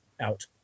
out